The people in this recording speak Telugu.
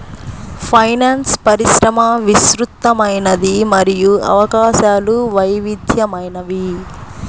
ఫైనాన్స్ పరిశ్రమ విస్తృతమైనది మరియు అవకాశాలు వైవిధ్యమైనవి